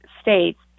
states